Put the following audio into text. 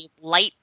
light